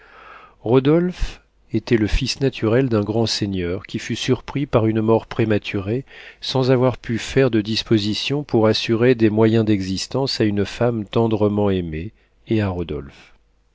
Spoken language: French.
rodolphe était le fils naturel d'un grand seigneur qui fut surpris par une mort prématurée sans avoir pu faire de dispositions pour assurer des moyens d'existence à une femme tendrement aimée et à rodolphe